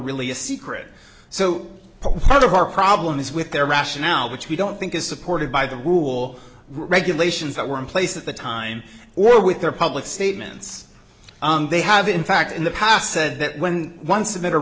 really a secret so part of our problem is with their rationale which we don't think is supported by the rule regulations that were in place at the time or with their public statements they have in fact in the past said that when one